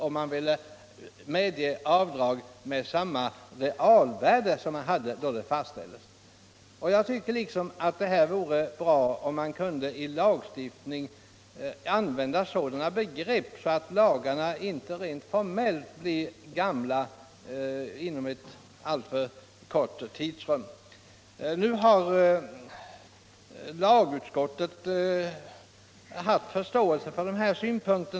om man ville medge avdrag med samma realvärde som avdraget hade då det fastställdes. Jag tycker att det vore bra om man i lagstiftningen kunde använda sådana begrepp att lagarna inte rent formellt blev gamla inom alltför kort tid. Nu har lagutskottet haft förståelse för dessa synpunkter.